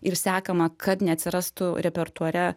ir sekama kad neatsirastų repertuare